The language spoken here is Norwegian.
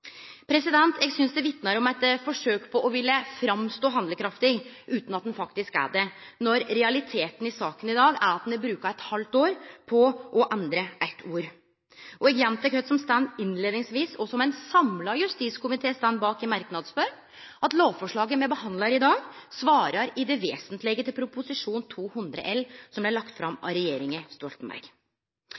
Eg synest det vitnar om eit forsøk på å ville stå fram som handlekraftig, utan at ein faktisk er det, når realiteten i saka i dag er at ein har brukt eit halvt år på å endre eitt ord. Eg gjentek det som står innleiingsvis, og som ein samla justiskomité står bak i form av ein merknad, at lovforslaget me behandlar i dag, «svarar i det vesentlege til Prop. 200 L , som vart lagt fram av regjeringa